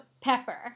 Pepper